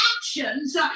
actions